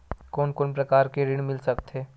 कोन कोन प्रकार के ऋण मिल सकथे?